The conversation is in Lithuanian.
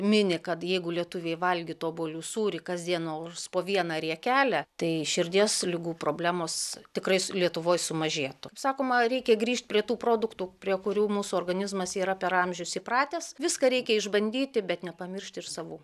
mini kad jeigu lietuviai valgytų obuolių sūrį kasdien nors po vieną riekelę tai širdies ligų problemos tikrai s lietuvoj sumažėtų sakoma reikia grįžt prie tų produktų prie kurių mūsų organizmas yra per amžius įpratęs viską reikia išbandyti bet nepamiršt ir savų